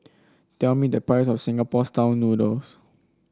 tell me the price of Singapore style noodles